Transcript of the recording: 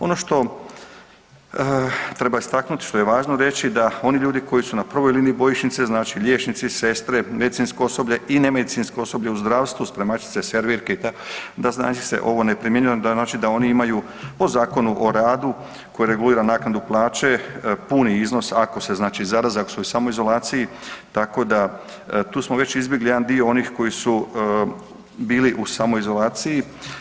Ono što treba istaknuti, što je važno reći da oni ljudi koji su na prvoj liniji bojišnice znači liječnici, sestre, medicinsko osoblje i nemedicinsko osoblje u zdravstvu, spremačice, servirke i da …/nerazumljivo/…l se ne primjenjuje, znači da oni imaju po Zakonu o radu koji regulira naknadu plaće puni iznos ako se znači zaraze, ako su u samoizolaciji tako da tu smo već izbjegli jedan dio onih koji su bili u samoizolaciji.